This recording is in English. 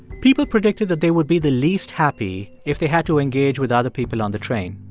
people predicted the day would be the least happy if they had to engage with other people on the train.